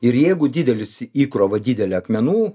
ir jeigu didelis įkrova didelė akmenų